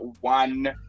one